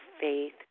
faith